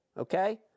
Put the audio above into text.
okay